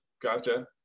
Gotcha